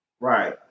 Right